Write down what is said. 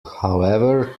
however